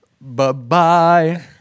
Bye-bye